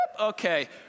Okay